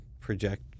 project